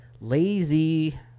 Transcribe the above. lazy